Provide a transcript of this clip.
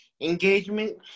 engagement